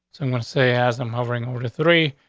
so i'm going to say, as them hovering over three,